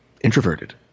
introverted